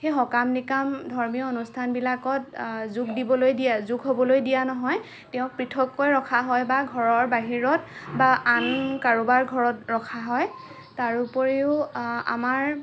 সেই সকাম নিকাম ধৰ্মীয় অনুষ্ঠানবিলাকত যোগ দিবলৈ দিয়ে যোগ হ'বলৈ দিয়া নহয় তেওঁক পৃথককৈ ৰখা হয় বা ঘৰৰ বাহিৰত বা আন কাৰোবাৰ ঘৰত ৰখা হয় তাৰোপৰিও আমাৰ